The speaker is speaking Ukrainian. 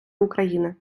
україни